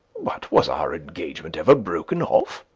but was our engagement ever broken off?